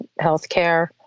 healthcare